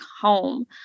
home